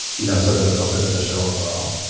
you know, sort of the focus of the show overall?